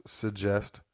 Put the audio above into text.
suggest